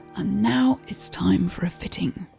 ah now it's time for a fitting.